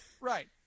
Right